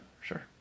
sure